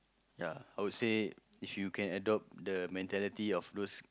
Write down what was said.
ya I would say if you can adopt the mentality of those